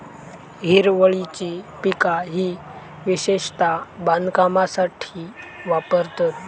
हिरवळीची पिका ही विशेषता बांधकामासाठी वापरतत